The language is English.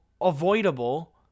avoidable